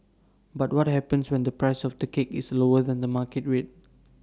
but what happens when the price of the cake is lower than the market rate